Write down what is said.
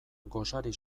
gosari